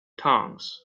tongues